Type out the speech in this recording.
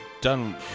done